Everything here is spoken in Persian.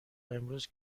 امروز